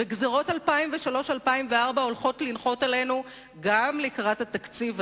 וגזירות 2004-2003 הולכות לנחות עלינו גם לקראת התקציב הזה,